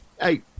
hey